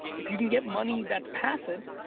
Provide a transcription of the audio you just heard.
if you can get money, that's passive,